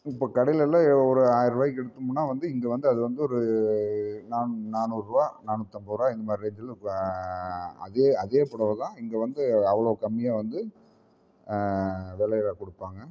இப்போ கடையில் எல்லா ஒரு ஆயர ருபாய்க்கு எடுத்தோமுன்னால் இங்கே வந்து அது வந்து ஒரு நான் நானூறுரூவா நானூற்றைம்பது ருபா இந்தமாதிரி ரேஞ்சில் அதே அதே புடவை தான் இங்கே வந்து அவ்வளோ கம்மியாக வந்து வெலையில் கொடுப்பாங்க